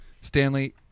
Stanley